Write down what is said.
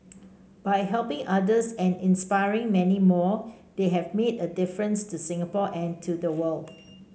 by helping others and inspiring many more they have made a difference to Singapore and to the world